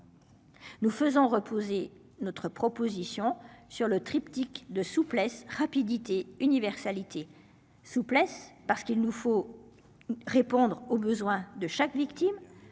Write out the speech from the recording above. Nous faisons reposer notre proposition sur le triptyque de souplesse rapidité universalité souplesse parce qu'il nous faut. Répondre aux besoins de chaque victime